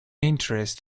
interest